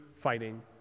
fighting